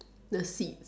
the seeds